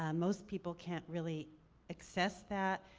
um most people can't really access that.